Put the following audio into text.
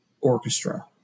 orchestra